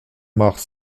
mares